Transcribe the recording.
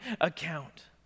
account